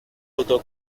auto